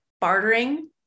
bartering